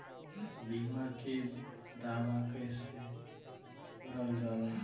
बीमा के दावा कैसे करल जाला?